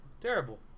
Terrible